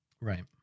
Right